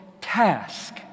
task